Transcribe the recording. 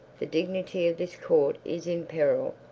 the dignity of this court is in peril.